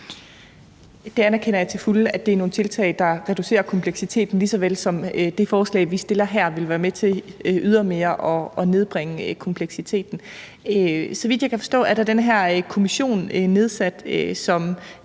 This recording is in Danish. Jeg anerkender til fulde, at det er nogle tiltag, der reducerer kompleksiteten, lige så vel som det forslag, vi stiller her, vil være med til ydermere at nedbringe kompleksiteten. Så vidt jeg kan forstå, er der nedsat den her kommission, som